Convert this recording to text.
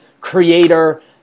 creator